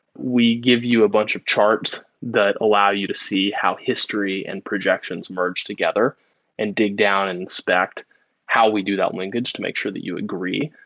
we give you a bunch of charts that allow you to see how history and projections merge together and dig down and inspect how we do that linkage to make sure that you agree.